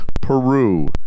Peru